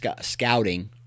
scouting